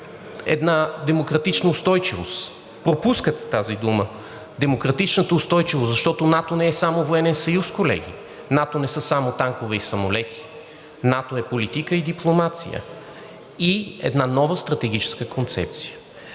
една демократична устойчивост, пропускате тази дума, демократичната устойчивост, защото НАТО не е само военен съюз, колеги, НАТО не са само танкове и самолети, НАТО е политика и дипломация и една нова стратегическа концепция.